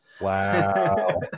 Wow